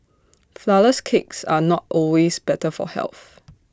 Flourless Cakes are not always better for health